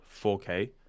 4k